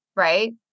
Right